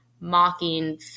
mocking